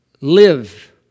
live